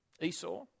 Esau